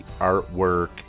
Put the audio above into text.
artwork